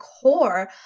core